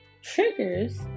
triggers